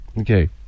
Okay